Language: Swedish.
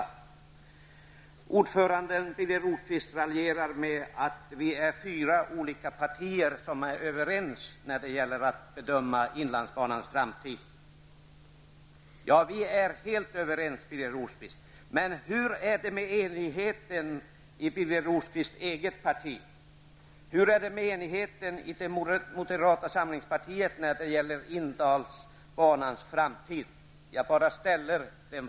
Utskottsordföranden Birger Rosqvist raljerar med att vi är fyra partier som är överens när det gäller att bedöma inlandsbanans framtid. Ja, vi är helt överens, Birger Rosqvist, men hur är det med enigheten i hans eget parti? Och hur är det med enigheten i moderata samlingspartiet beträffande inlandsbanans framtid?